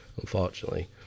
...unfortunately